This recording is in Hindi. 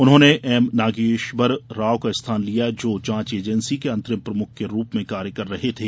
उन्होंने एमनागेश्वार राव का स्थान लिया है जो जांच एजेंसी के अंतरिम प्रमुख के रूप में कार्य कर रहे थे